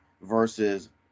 versus